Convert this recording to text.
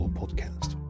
podcast